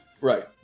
Right